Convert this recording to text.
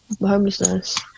homelessness